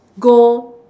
go